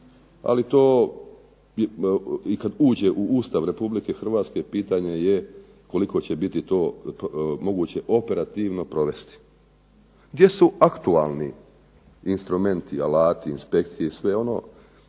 Ali to i kad uđe u Ustav RH pitanje je koliko će biti to moguće operativno provesti. Gdje su aktualni instrumenti, alati inspekcije i sve ono